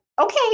okay